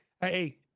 Hey